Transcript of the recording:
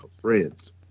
friends